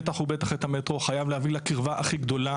בטח ובטח את המטרו חייב להביא לקרבה הכי גדולה